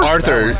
Arthur